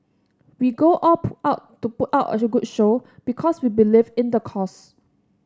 we go all out to put up a good show because we believe in the cause